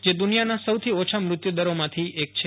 જે દુનિયાના સૌથી ઓછા મૃત્યુ દરોમાંથી એક છે